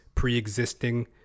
pre-existing